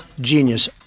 genius